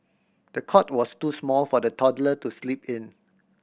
the cot was too small for the toddler to sleep in